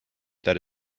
that